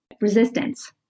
resistance